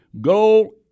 Go